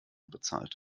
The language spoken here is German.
bezahlt